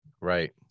Right